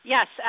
Yes